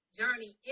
journey